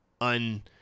un